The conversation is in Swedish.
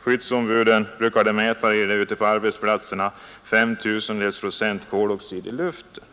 skyddsombuden brukar mäta det ute på arbetsplatserna, 0,005 procent koloxid i luften.